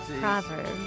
Proverbs